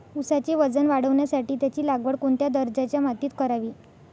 ऊसाचे वजन वाढवण्यासाठी त्याची लागवड कोणत्या दर्जाच्या मातीत करावी?